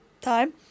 time